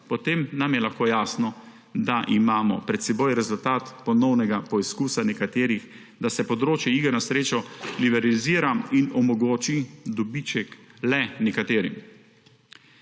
potem nam je lahko jasno, da imamo pred seboj rezultat ponovnega poizkusa nekaterih, da se področje iger na srečo liberalizira in omogoči dobiček le nekaterim.